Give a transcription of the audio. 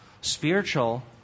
Spiritual